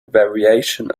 variation